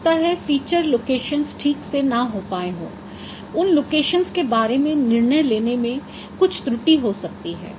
हो सकता है फीचर लोकेशन्स ठीक से न पाए गए हों उन लोकेशन्स के बारे में निर्णय लेने में कुछ त्रुटि हो सकती है